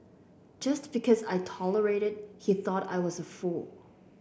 just because I tolerated he thought I was a fool